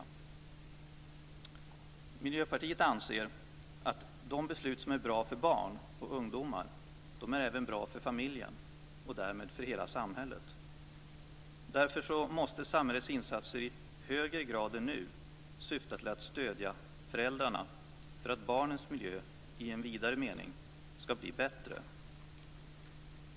Vi i Miljöpartiet anser att de beslut som är bra för barn och ungdomar även är bra för familjen och därmed för hela samhället. Därför måste samhällets insatser i högre grad än nu syfta till att stödja föräldrarna; detta för att barnens miljö i en vidare mening skall bli bättre.